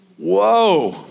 Whoa